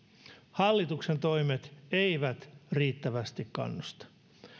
hallituksen toimet eivät riittävästi kannusta